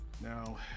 Now